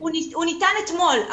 הוא ניתן אתמול.